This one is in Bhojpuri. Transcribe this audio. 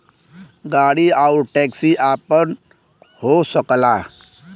गाड़ी आउर टैक्सी आपन हो सकला